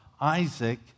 Isaac